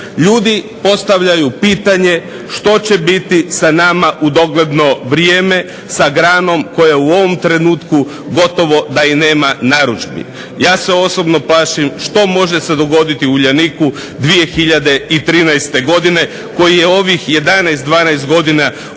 Ljudi postavljaju pitanje što će biti sa nama u dogledno vrijeme sa granom koja u ovom trenutku gotovo da i nema narudžbi. Ja se osobno plašim što se može dogoditi Uljaniku 2013. Godine koji je ovih 11, 12 godina uspješno